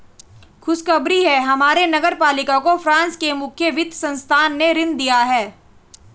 खुशखबरी है हमारे नगर पालिका को फ्रांस के मुख्य वित्त संस्थान ने ऋण दिया है